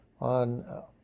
on